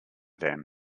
them